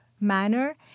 manner